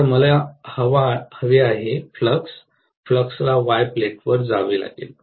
आता मला हवे आहे फ्लक्स फ्लक्सला वाय प्लेटवर जावे लागेल